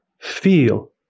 feel